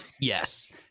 yes